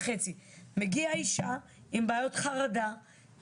מגיעה אישה עם בעיות חרדה,